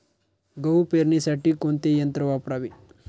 गहू पेरणीसाठी कोणते यंत्र वापरावे?